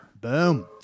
Boom